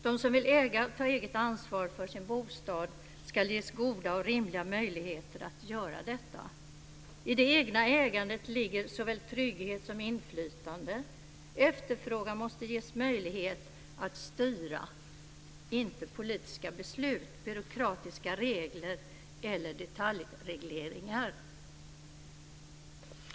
De som vill äga och ta eget ansvar för sin bostad ska ges goda och rimliga möjligheter att göra detta. I det egna ägandet ligger såväl trygghet som inflytande. Efterfrågan måste ges möjlighet att styra, inte politiska beslut, byråkratiska regler eller detaljregleringar.